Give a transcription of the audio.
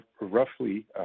roughly